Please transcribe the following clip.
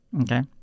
okay